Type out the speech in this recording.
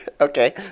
Okay